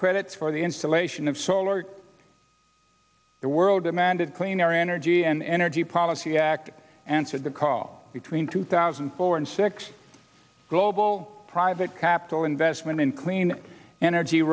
credits for the installation of solar the world demanded cleaner energy and energy policy act answered the call between two thousand and four and six global private capital investment in clean energy